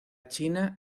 china